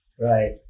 Right